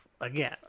again